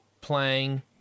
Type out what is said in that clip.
playing